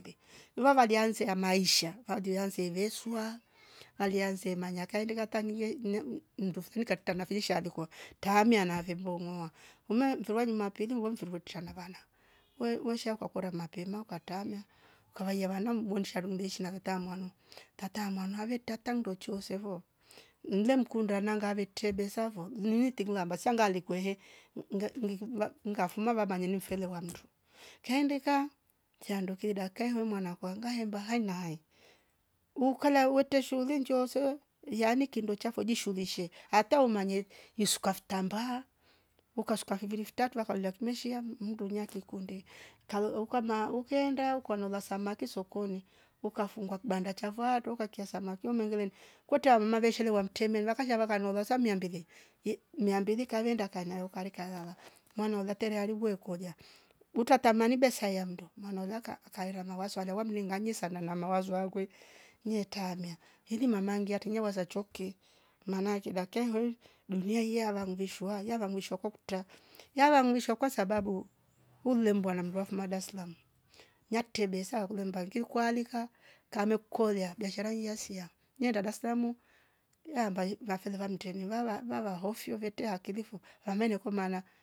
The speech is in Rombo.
Mbe ivava valianza amaisha valianze hevesuwa alianze mnaya kaindika katinge nem mndufuli katiika naviji shaalikwa taamia nave mbongoa uma mferwa jumapili wemvrua tushe navana we wosha kwa kora mapema ukatama ukwaiya vana muuhsa rindushi nakata mwana, tata mwana avetata ndo chuuose vo mle mkunda nanga vete besavo mlitingila mbasa ngalikwe he ngafuma mavama nyeni mfele wando kaendeka chando kii dakai we mwana kwa ngahemba haenae ukala wete shuuli njoosewe yani kindo chafo jishulishe ata umanye isuka ftamba ukasuka fiviri ftatu vakuala kimeishia mndu nyani kikunde kaloho ukame ukeenda kwanola samaki sokoni ukafungwa kibanda cha vaaro ukakia samaki umengereni kweta mabeshere wamtemela lakasha vakanoga sa mia mbili ye mia mbili kalenda kanayo kale karara mwana ule tele haribu wekolia utatamani besa yamndo mwana uloka akaira na walaswla wamringanye sanwa na mawaza akwe nyetamia ili mamangia tinya wasachooke maana ake vakia hivohi dunia iya langimvshwa yava ngishwa kukota yava ngwisha kwa sababu umle mbua nambua mafu daslamu nyakte besa wakulemba mbangi kii waalika kamekukolia biashara ii yasia nyenda daslamu ambaye vafela vamtemi vava vava hofio vete akili fo vame nekomana